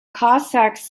cossacks